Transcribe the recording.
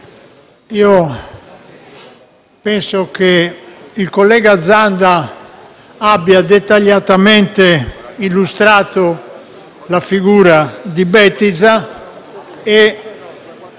io penso che il collega Zanda abbia dettagliatamente illustrato la figura di Bettiza,